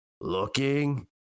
looking